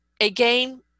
again